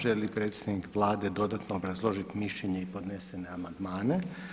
Želi li predsjednik Vlade dodatno obrazložiti mišljenje i podnesene amandmane?